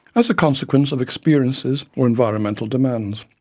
as a consequence of experiences or environmental demands.